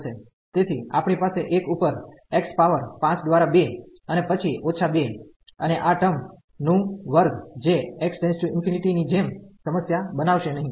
તેથી આપણી પાસે 1 ઉપર x પાવર 5 દ્વાર 2 અને પછી ઓછા 2 અને આ ટર્મ નું વર્ગ જે x→∞ ની જેમ સમસ્યા બનાવશે નહીં